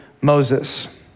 Moses